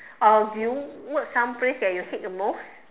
or do you work some place that you hate the most